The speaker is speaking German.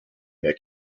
mehr